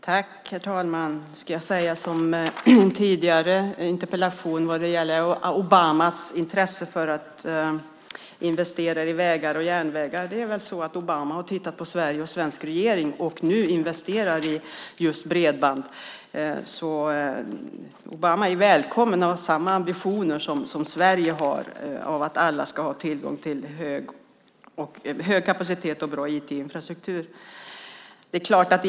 Herr talman! Jag ska säga som i den tidigare interpellationsdebatten vad gäller Obamas intresse för att investera i vägar och järnvägar: Det är väl så att Obama har tittat på Sverige och svensk regering och nu investerar i bredband. Obama är välkommen att ha samma ambitioner som Sverige har att alla ska ha tillgång till bra IT-infrastruktur med hög kapacitet.